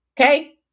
Okay